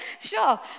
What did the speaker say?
sure